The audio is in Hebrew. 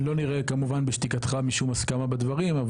אני לא נראה כמובן בשתיקתך משום הסכמה בדברים,